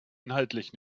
inhaltlich